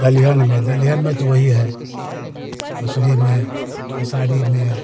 दलहन में दलहन में तो वही है मसूरी में खेसारी में